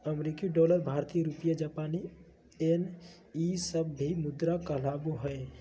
अमेरिकी डॉलर भारतीय रुपया जापानी येन ई सब भी मुद्रा कहलाबो हइ